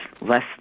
less